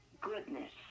goodness